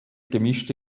gemischte